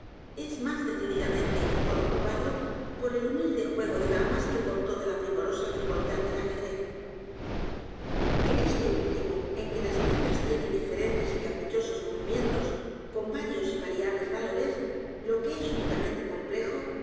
es más decididamente y mejor ocupado por el humilde juego de d a m a s que por toda la primorosa frivolidad del ajedrez en este último en que las piezas tienen diferentes y caprichosos movimientos con varios y variables valores lo que es únicamente complejo